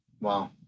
Wow